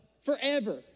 forever